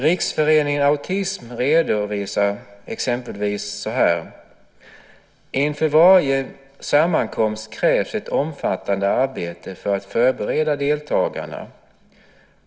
Riksföreningen Autism redovisar exempelvis följande: Inför varje sammankomst krävs ett omfattande arbete för att förbereda deltagarna.